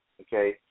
okay